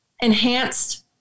enhanced